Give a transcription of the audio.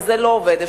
זה לא עובד.